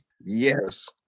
Yes